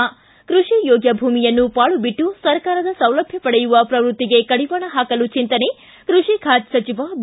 ಿ ಕೃಷಿಯೋಗ್ಯ ಭೂಮಿಯನ್ನು ಪಾಳು ಬಿಟ್ಟು ಸರ್ಕಾರದ ಸೌಲಭ್ಯ ಪಡೆಯುವ ಪ್ರವೃತ್ತಿಗೆ ಕಡಿವಾಣ ಹಾಕಲು ಚಂತನೆ ಕೃಷಿ ಖಾತೆ ಸಚಿವ ಬಿ